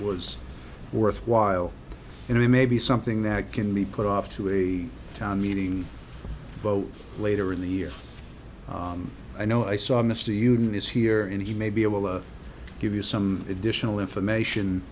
was worthwhile and it may be something that can be put off to a town meeting vote later in the year i know i saw mr unit is here and he may be able to give you some additional information